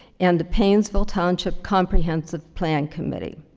and the painesville township comprehensive plan committee.